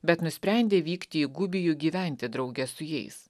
bet nusprendė vykti į gubijų gyventi drauge su jais